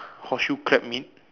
horseshoe crab meat